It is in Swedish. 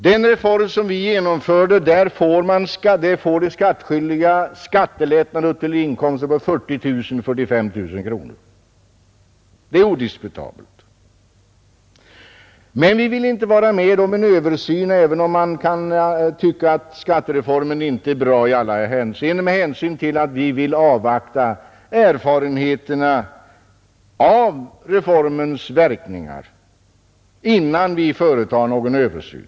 Den reform som vi genomfört ger de skattskyldiga skattelättnader i inkomstlägena upp till 40 000 — 45 000 kronor. Det är odiskutabelt, vad gäller inkomstskatten. Vi vill inte vara med om en översyn — även om man kan tycka att skattereformen inte är bra i alla avseenden — med hänsyn till att vi vill avvakta erfarenheterna av reformens verkningar innan vi företar någon översyn.